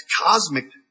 cosmic